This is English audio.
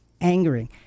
angering